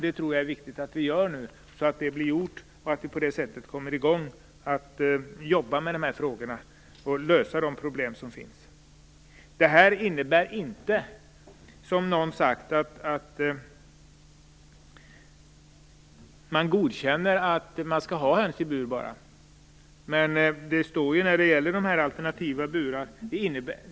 Det tror jag är viktigt att vi gör nu, så att det blir gjort, och så att vi kommer i gång med att jobba med de här frågorna och med att lösa de problem som finns. Det här innebär inte, som någon har sagt, att vi bara godkänner höns i bur.